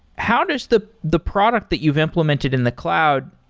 how does the the product that you've implemented in the cloud,